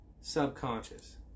subconscious